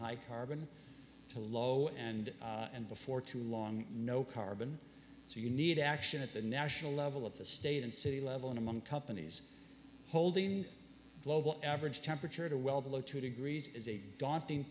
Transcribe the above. like carbon to low and and before too long no carbon so you need action at the national level of the state and city level and among companies holding global average temperature to well below two degrees is a daunting